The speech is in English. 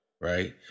right